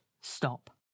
Stop